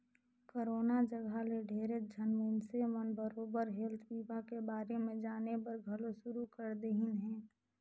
corona जघा ले ढेरेच झन मइनसे मन बरोबर हेल्थ बीमा के बारे मे जानेबर घलो शुरू कर देहिन हें